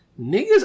niggas